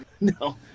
No